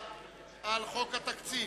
חוק התקציב.